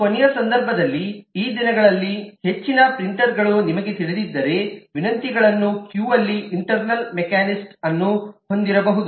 ಮತ್ತು ಕೊನೆಯ ಸಂದರ್ಭದಲ್ಲಿ ಈ ದಿನಗಳಲ್ಲಿ ಹೆಚ್ಚಿನ ಪ್ರಿಂಟರ್ಗಳು ನಿಮಗೆ ತಿಳಿದಿದ್ದರೆ ವಿನಂತಿಗಳನ್ನು ಕ್ಯೂಯಲ್ಲಿಡಲು ಇಂಟರ್ನಲ್ ಮೆಕ್ಯಾನಿಸ್ಮ್ ಅನ್ನು ಹೊಂದಿರಬಹುದು